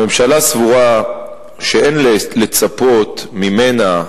הממשלה סבורה שאין לצפות ממנה,